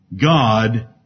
God